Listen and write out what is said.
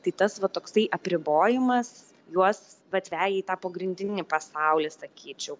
tai tas va toksai apribojimas juos vat veja į tą pogrindinį pasaulį sakyčiau